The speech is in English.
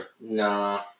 Nah